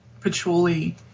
patchouli